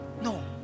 no